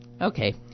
Okay